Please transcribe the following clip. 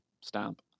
stamp